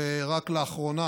ורק לאחרונה,